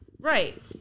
Right